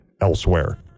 elsewhere